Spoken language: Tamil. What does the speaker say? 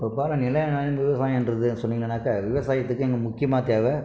இப்ப பார நிலையான விவசாயன்றது சொன்னிங்கனாக்கா விவசாயத்துக்கு இங்கே முக்கியமாக தேவை